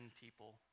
people